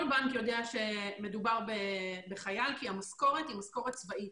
כל בנק יודע שמדובר בחייל כי המשכורת היא משכורת צבאית